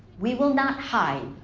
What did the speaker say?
we will not hide.